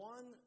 One